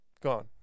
gone